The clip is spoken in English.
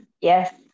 yes